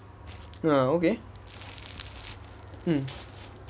oh okay